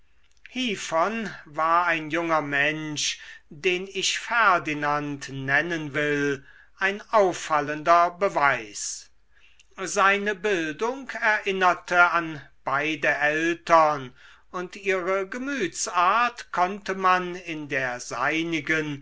war ein junger mensch den ich ferdinand nennen will ein auffallender beweis seine bildung erinnerte an beide eltern und ihre gemütsart konnte man in der seinigen